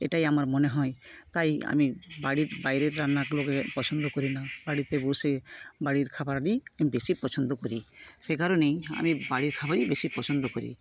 এটাই আমার মনে হয় তাই আমি বাড়ির বাইরের রান্নাগুলোকে পছন্দ করি না বাড়িতে বসে বাড়ির খাবার আমি বেশি পছন্দ করি সেকারণেই আমি বাড়ির খাবারই বেশী পছন্দ করি